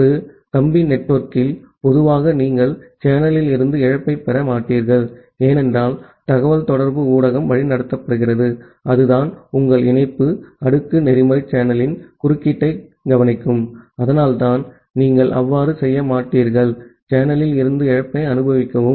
ஒரு கம்பி நெட்வொர்க்கில் பொதுவாக நீங்கள் சேனலில் இருந்து இழப்பைப் பெற மாட்டீர்கள் ஏனென்றால் தகவல்தொடர்பு ஊடகம் வழிநடத்தப்படுகிறது அதுதான் உங்கள் இணைப்பு லேயர் புரோட்டோகால் சேனலில் குறுக்கீட்டைக் கவனிக்கும் அதனால்தான் நீங்கள் அவ்வாறு செய்ய மாட்டீர்கள் சேனலில் இருந்து இழப்பை அனுபவிக்கவும்